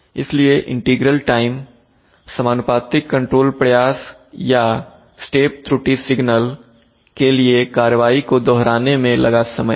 इसलिए integral time समानुपातिक control प्रयास या स्टेप त्रुटि सिग्नल के लिए कार्रवाई को दोहराने मे लगा समय है